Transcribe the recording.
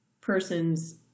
person's